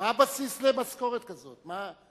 מה הבסיס למשכורת כזאת?